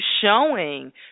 showing